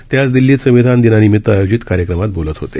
ते आज दिल्लीत संविधान दिनानिमित्त आयोजित कार्यक्रमात बोलत होते